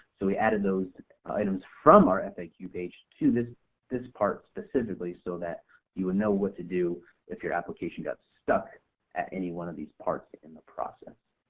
so we added those items from our and faq page to this this part specifically so that you would know what to do if your application got stuck at any one of these parts in the process.